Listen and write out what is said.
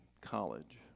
college